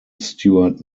stuart